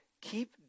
keep